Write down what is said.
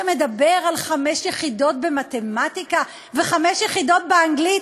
שמדבר על חמש יחידות במתמטיקה וחמש יחידות באנגלית,